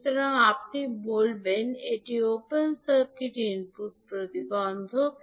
সুতরাং আপনি বলবেন এটি ওপেন সার্কিট ইনপুট প্রতিবন্ধক